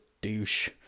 douche